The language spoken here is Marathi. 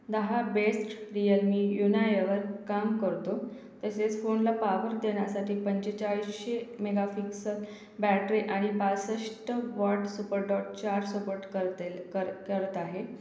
दहा बेस्ट रिअल मी युनाए वर काम करतो तसेच फोनला पावर देण्यासाठी पंचेचाळीसशे मेगापिक्सल बॅटरी आणि पासष्ट वॉट सुपर डॉट चार सपोर्ट करतेल कर करत आहे